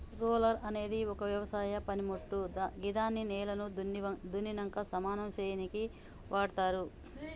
roller అనేది ఒక వ్యవసాయ పనిమోట్టు గిదాన్ని నేలను దున్నినంక సమానం సేయనీకి వాడ్తరు